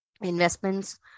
investments